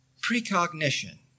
Precognition